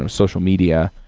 um social media.